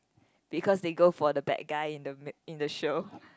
because they go for the bad guy in the mi~ in the show